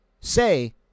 say